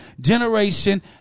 generation